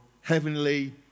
heavenly